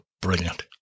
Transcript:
brilliant